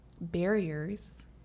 barriers